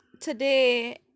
today